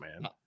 man